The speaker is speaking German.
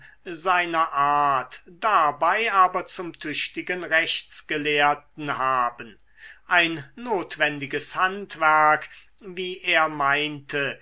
seiner art dabei aber zum tüchtigen rechtsgelehrten haben ein notwendiges handwerk wie er meinte